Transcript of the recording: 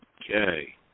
Okay